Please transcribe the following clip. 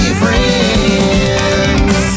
friends